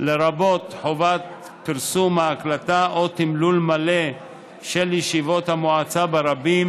לרבות חובת פרסום ההקלטה או תמלול מלא של ישיבות המועצה ברבים,